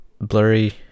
blurry